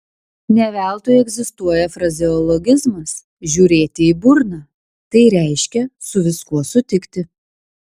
ne veltui egzistuoja frazeologizmas žiūrėti į burną tai reiškia su viskuo sutikti